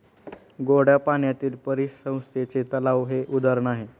गोड्या पाण्यातील परिसंस्थेचे तलाव हे उदाहरण आहे